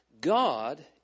God